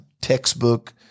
textbook